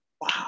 Wow